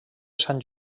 sant